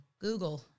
Google